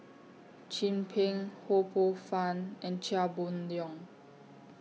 Chin Peng Ho Poh Fun and Chia Boon Leong